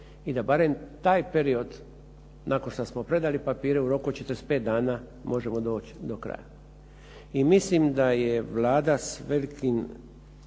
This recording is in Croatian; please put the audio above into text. i da barem taj period nakon što smo predali papire u roku od 45 dana možemo doći do kraja. I mislim da je Vlada s velikom